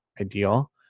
ideal